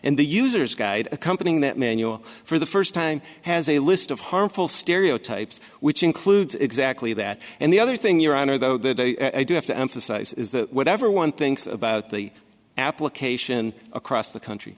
and the user's guide accompanying that manual for the first time has a list of harmful stereotypes which includes exactly that and the other thing your honor though i do have to emphasize is that whatever one thinks about the application across the country